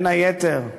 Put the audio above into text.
בין היתר בבולגריה,